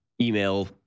email